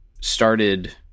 started